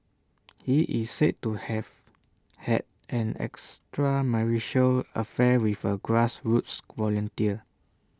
he is said to have had an extramarital affair with A grassroots volunteer